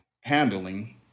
handling